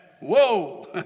Whoa